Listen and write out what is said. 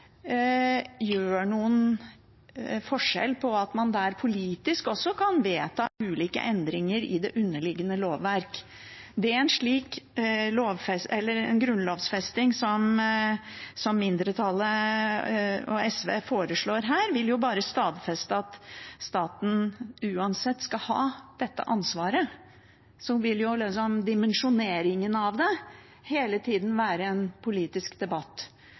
gjør noen forskjell på at man der politisk også kan vedta ulike endringer i det underliggende lovverk. En slik grunnlovfesting som mindretallet, SV, foreslår her, vil jo bare stadfeste at staten uansett skal ha dette ansvaret. Så vil dimensjoneringen av det hele tida være en politisk debatt.